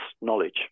knowledge